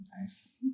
Nice